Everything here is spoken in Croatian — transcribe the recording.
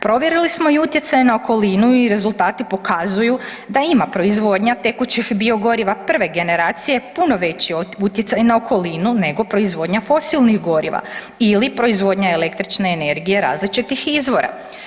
Provjerili smo i utjecaj na okolinu i rezultati pokazuju da ima proizvodnja tekućih biogoriva prve generacije puno veći utjecaj na okolinu nego proizvodnja fosilnih goriva ili proizvodnja električne energije različitih izvora.